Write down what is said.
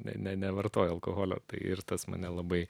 ne ne nevartoju alkoholio tai ir tas mane labai